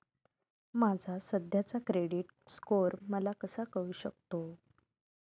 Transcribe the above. माझा सध्याचा credit score मला कसा कळू शकतो?